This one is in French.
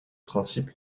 principe